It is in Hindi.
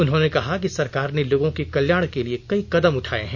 उन्होंने कहा कि सरकार ने लोगों के कल्याण के लिए कई कदम उठाये है